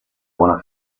buona